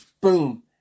Boom